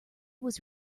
was